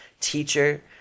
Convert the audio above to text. teacher